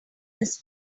this